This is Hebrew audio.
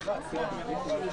חיוני אחר", כרגע במג'דל שמס,